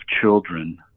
children